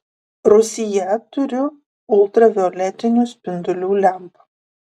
rūsyje turiu ultravioletinių spindulių lempą